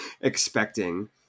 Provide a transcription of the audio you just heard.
expecting